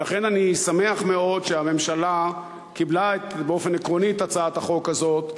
ולכן אני שמח מאוד שהממשלה קיבלה באופן עקרוני את הצעת החוק הזאת,